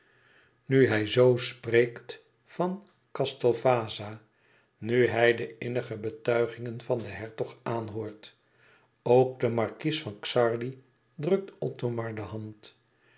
nu hij zoo spreekt van castel vaza nu hij de innige betuigingen van den hertog aanhoort ook den markies van xardi drukt othomar de hand